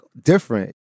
different